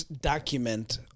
document